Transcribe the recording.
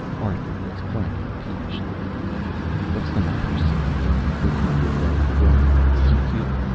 arthur was clacking peevishly whats the matter sam you thinking of your belly again q q